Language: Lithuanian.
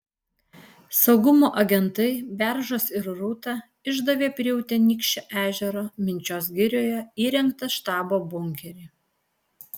saugumo agentai beržas ir rūta išdavė prie utenykščio ežero minčios girioje įrengtą štabo bunkerį